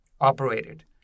Operated